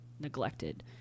neglected